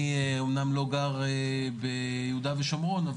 אני אומנם לא גר ביהודה ושומרון,